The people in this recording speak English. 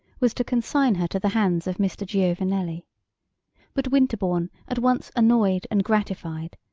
was to consign her to the hands of mr. giovanelli but winterbourne, at once annoyed and gratified,